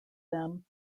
them